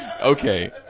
Okay